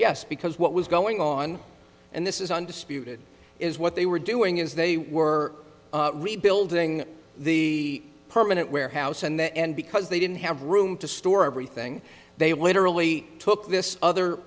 yes because what was going on and this is undisputed is what they were doing is they were rebuilding the permanent warehouse and because they didn't have room to store everything they went early took this other